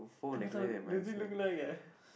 doesn't look like eh